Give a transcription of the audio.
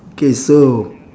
okay so